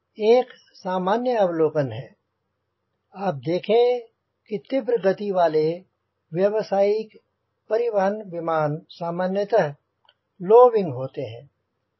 एक सामान्य अवलोकन है आप देखें की तीव्र गति वाले व्यावसायिक परिवहन विमान सामान्यतः लो विंग होते हैं